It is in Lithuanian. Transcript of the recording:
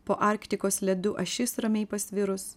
po arktikos ledu ašis ramiai pasvirus